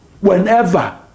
whenever